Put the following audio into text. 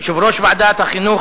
יושב-ראש ועדת החינוך,